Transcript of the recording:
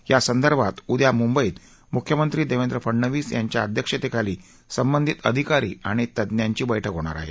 यासंदर्भात उद्या मुंबईत मुख्यमंत्री देवेंद्र फडणवीस यांच्या अध्यक्षतेखाली संबंधित अधिकारी आणि तज्ञांची बैठक होणार आहे